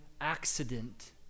accident